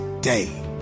day